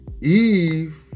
Eve